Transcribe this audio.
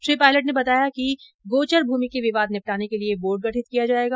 श्री पायलट ने बताया कि गोचर भूमि के विवाद निपटाने के लिये बोर्ड गठित किया जायेगा